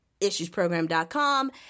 issuesprogram.com